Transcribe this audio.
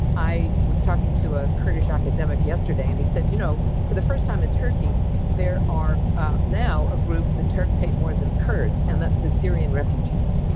i was talking to a kurdish academic yesterday and he said you know for the first time in turkey there are ah now a group that turks hate more than the kurds. and that's the syrian refugees.